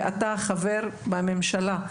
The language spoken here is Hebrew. ואתה חבר בממשלה,